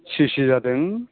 सिसथ्रि जादों